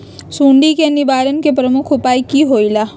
सुडी के निवारण के प्रमुख उपाय कि होइला?